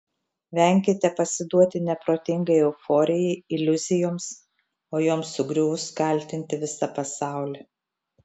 venkite pasiduoti neprotingai euforijai iliuzijoms o joms sugriuvus kaltinti visą pasaulį